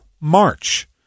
march